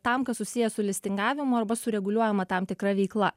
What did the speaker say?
tam kas susiję su listingavimu arba su reguliuojama tam tikra veikla